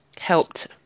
helped